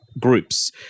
groups